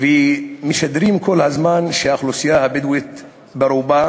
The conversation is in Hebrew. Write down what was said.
ומשדרים כל הזמן שהאוכלוסייה הבדואית ברובה